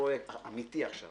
פרויקט אמתי עכשיו